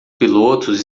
pilotos